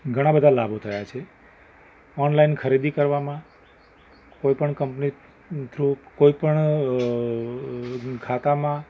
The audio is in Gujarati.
ઘણાં બધા લાભો થયા છે ઑનલાઇન ખરીદી કરવામાં કોઈ પણ કંપની થ્રુ કોઈ પણ ખાતામાં